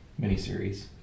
miniseries